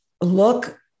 Look